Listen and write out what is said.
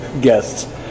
guests